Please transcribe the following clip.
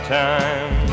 time